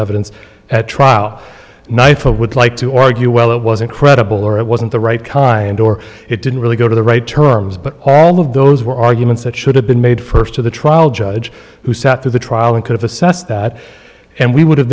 evidence at trial night for would like to argue well it wasn't credible or it wasn't the right kind or it didn't really go to the right terms but all of those were arguments that should have been made first to the trial judge who sat through the trial and could have assessed that and we would have